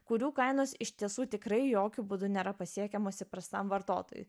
kurių kainos iš tiesų tikrai jokiu būdu nėra pasiekiamos įprastam vartotojui